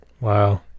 wow